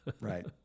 Right